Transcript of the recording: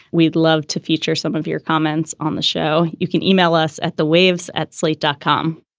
we'd love to feature some of your comments on the show. you can e-mail us at the waves at slate dot com